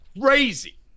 crazy